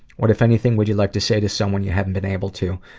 what, if anything, would you like to say to someone you haven't been able to?